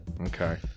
okay